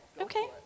Okay